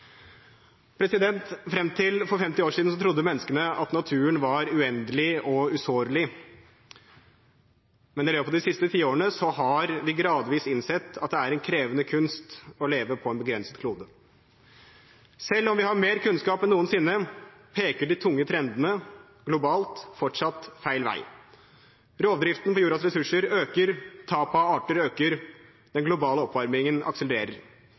Frem til for 50 år siden trodde menneskene at naturen var uendelig og usårlig, men i løpet av de siste tiårene har man gradvis innsett at det er en krevende kunst å leve på en begrenset klode. Selv om vi har mer kunnskap enn noensinne, peker de tunge trendene globalt fortsatt feil vei. Rovdriften på jordens ressurser øker, tapet av arter øker, den globale oppvarmingen akselererer.